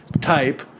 type